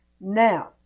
Now